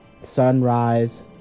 sunrise